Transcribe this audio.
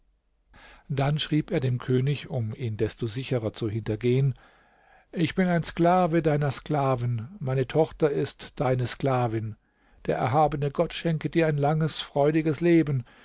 dann schrieb er dem könig um ihn desto sicherer zu hintergehen ich bin ein sklave deiner sklaven meine tochter ist deine sklavin der erhabene gott schenke dir ein langes freudiges leben